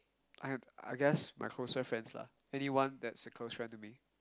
I guess my closer friends lah really one that's closer to me